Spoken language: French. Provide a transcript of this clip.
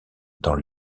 dans